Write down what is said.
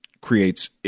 creates